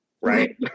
right